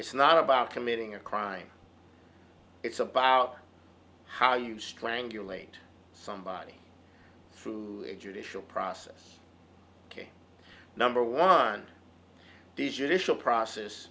it's not about committing a crime it's about how you strangulate somebody food judicial process number one digital process